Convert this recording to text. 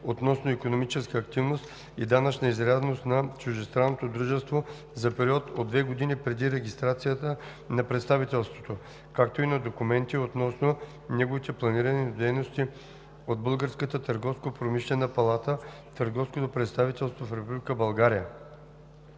относно икономическа активност и данъчна изрядност на чуждестранното дружество за период от две години преди регистрацията на представителството, както и на документи относно неговите планирани дейности, от Българската търговско-промишлена палата търговско представителство в Република България.